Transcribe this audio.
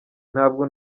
ntabwo